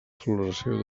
floració